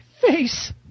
face